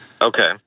Okay